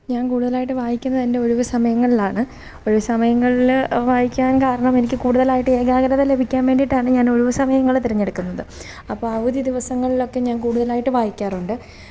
ഞാന് കൂടുതലായിട്ടും വായിക്കുന്നത് എന്റെ ഒഴിവ് സമയങ്ങളിലാണ് ഒഴിവ് സമയങ്ങളിൽ വായിക്കാന് കാരണമെനിക്ക് കൂടുതലായിട്ട് ഏകാഗ്രത ലഭിക്കാന് വേണ്ടീട്ടാണ് ഞാന് ഒഴിവ് സമയങ്ങൾ തെരഞ്ഞെടുക്കുന്നത് അപ്പോൾ അവധി ദിവസങ്ങളിലൊക്കെ ഞാന് കൂടുതലായിട്ട് വായിക്കാറുണ്ട്